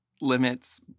limits